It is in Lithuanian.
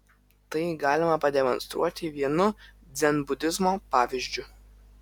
tai galima pademonstruoti vienu dzenbudizmo pavyzdžiu